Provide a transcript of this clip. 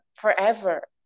forever